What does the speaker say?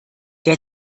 der